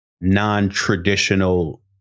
non-traditional